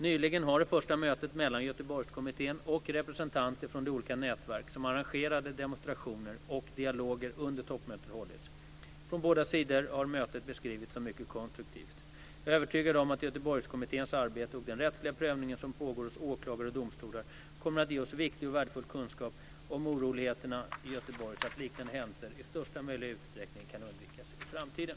Nyligen har det första mötet mellan Göteborgskommittén och representanter från de olika nätverk som arrangerade demonstrationer och dialoger under toppmötet hållits. Från båda sidorna har mötet beskrivits som mycket konstruktivt. Jag är övertygad om att Göteborgskommitténs arbete och den rättsliga prövning som pågår hos åklagare och domstolar kommer att ge oss viktig och värdefull kunskap om oroligheterna i Göteborg så att liknande händelser i största möjliga utsträckning kan undvikas i framtiden.